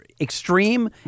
extreme